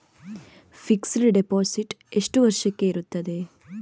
Fixed deposit ಎಷ್ಟು ವರ್ಷಕ್ಕೆ ಇರುತ್ತದೆ?